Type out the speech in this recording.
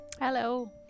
Hello